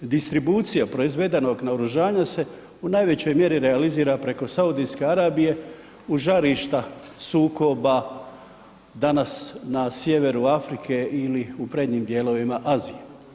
Distribucija proizvedenog naoružanja se u najvećoj mjeri realizira preko Saudijske Arabije u žarišta sukoba danas na Sjeveru Afrike ili u prednjim dijelovima Azije.